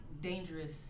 dangerous